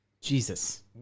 Jesus